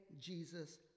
Jesus